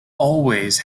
always